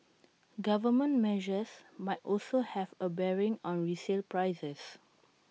government measures might also have A bearing on resale prices